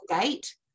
gate